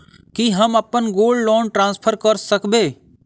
की हम अप्पन gold loan transfer करऽ सकबै?